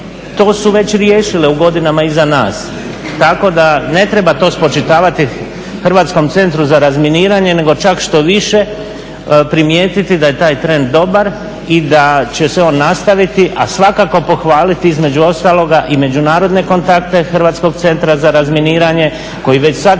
to su već riješile u godinama iza nas. Tako da ne treba to spočitavati Hrvatskom centru za razminiranje, nego čak štoviše primijetiti da je taj trend dobar i da će se on nastaviti, a svakako pohvaliti između ostaloga i međunarodne kontakte Hrvatskog centra za razminiranje koji već sad